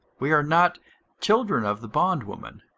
we are not children of the bondwoman,